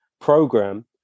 program